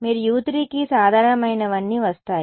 మీకు u3 కి సాధారణమైనవన్నీ వస్తాయి